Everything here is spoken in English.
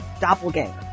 doppelganger